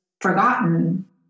forgotten